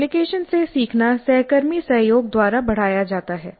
application से सीखना सहकर्मी सहयोग द्वारा बढ़ाया जाता है